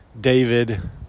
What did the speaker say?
David